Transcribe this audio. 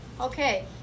Okay